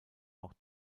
auch